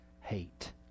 hate